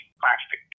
plastic